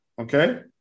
okay